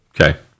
Okay